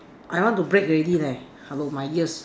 I want to break already leh hello my ears